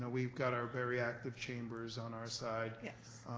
ah we've got our very active chambers on our side.